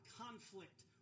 conflict